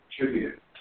tribute